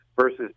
versus